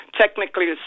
technically